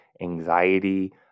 anxiety